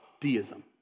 deism